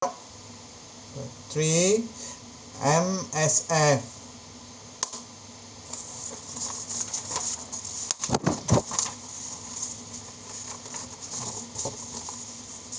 three M_S_F